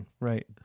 right